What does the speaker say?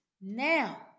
now